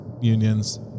unions